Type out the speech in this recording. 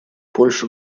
польша